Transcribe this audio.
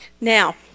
Now